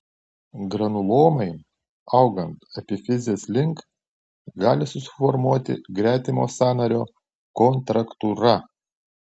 granulomai augant epifizės link gali susiformuoti gretimo sąnario kontraktūra